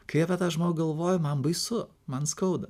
kai apie tą žmogų galvoju man baisu man skauda